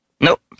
Nope